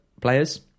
players